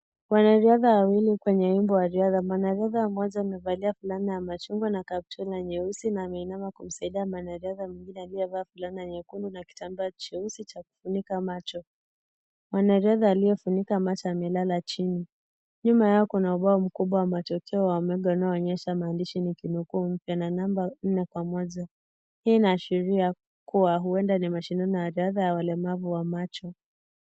Wanariadha wawili kwenye wimbo wa riadha mwanariadha mmoja amevalia fulana ya machungwa na kaptura nyeusi na ameinama kumsaidia mwanariadha mwingine aliyevaa fulana nyekundu na kitambaa cheusi cha kufunika macho. Mwanariadha aliyefunika macho amelala chini. Nyuma yao kuna ubao mkubwa wa machocheo wa unaonyesha maandishi nikinukuu mpya namba nne kwa moja hii inaashiria kuwa huenda ni mashindano ya riadha ya walemavu wa macho.